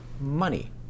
money